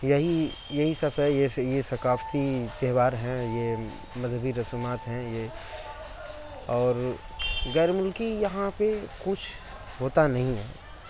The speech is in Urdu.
یہی یہی سب ہے یہ ثقافتی تہوار ہیں یہ مذہبی رسومات ہیں اور غیرملکی یہاں پہ کچھ ہوتا نہیں ہے